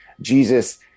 Jesus